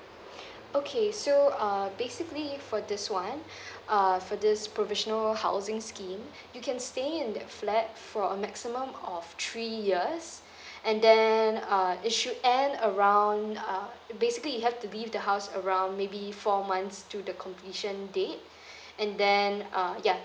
okay so uh basically for this [one] uh for this provisional housing scheme you can stay in that flat for a maximum of three years and then uh it should end around uh basically you have to leave the house around maybe four months to the completion date and then uh ya